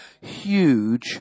huge